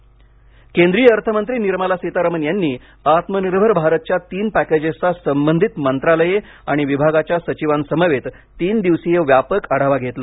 निर्मला सीतरामन केंद्रीय अर्थमंत्री निर्मला सीतारामन यांनी आत्मनिर्भर भारतच्या तीन पॅकेजेसचा संबंधित मंत्रालये आणि विभागाच्या सचिवांसमवेत तीन दिवसीय व्यापक आढावा घेतला